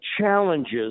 challenges